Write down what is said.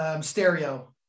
Stereo